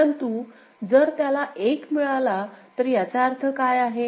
परंतु जर त्याला 1 मिळाले तर याचा अर्थ काय आहे